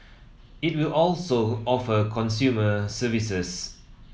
it will also offer consumer services